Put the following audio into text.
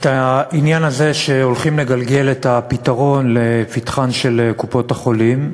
את העניין הזה שהולכים לגלגל את הפתרון לפתחן של קופות-החולים.